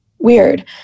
weird